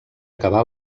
acabar